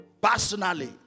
personally